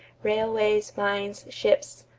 railways, mines, ships,